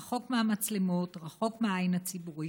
רחוק מהמצלמות, רחוק מהעין הציבורית.